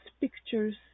pictures